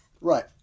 Right